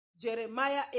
Jeremiah